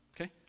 okay